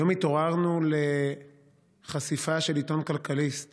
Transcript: היום התעוררנו לחשיפה של עיתון כלכליסט